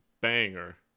banger